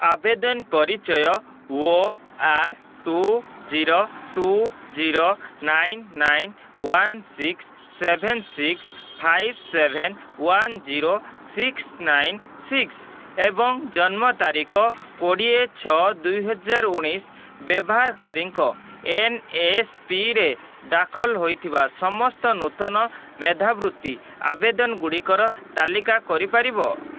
ଆବେଦନ ପରିଚୟ O R two zero two zero nine nine one six seven six five seven one zero six nine six ଏବଂ ଜନ୍ମ ତାରିଖ କୋଡ଼ିଏ ଛଅ ଦୁଇହଜାର ଉଣେଇଶ ବ୍ୟବହାରକାରୀଙ୍କ ଏନ୍ଏସ୍ପିରେ ଦାଖଲ ହେଇଥିବା ସମସ୍ତ ନୂତନ ମେଧାବୃତ୍ତି ଆବେଦନଗୁଡ଼ିକର ତାଲିକା କରିପାରିବ